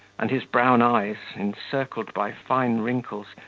and his brown eyes, encircled by fine wrinkles,